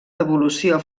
devolució